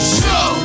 show